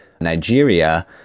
Nigeria